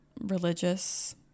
religious